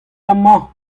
amañ